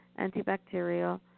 antibacterial